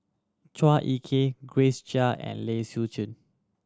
Chua Ek Kay Grace Chia and Lai Siu Chiu